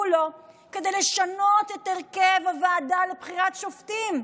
לו כדי לשנות את הרכב הוועדה לבחירת שופטים.